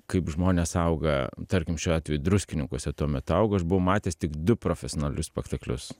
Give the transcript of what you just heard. kaip žmonės auga tarkim šiuo atveju druskininkuose tuomet augau aš buvau matęs tik du profesionalius spektaklius